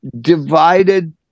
divided